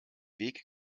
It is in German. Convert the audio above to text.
weg